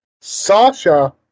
Sasha